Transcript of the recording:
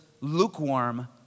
lukewarm